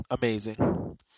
amazing